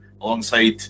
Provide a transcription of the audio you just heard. alongside